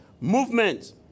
movement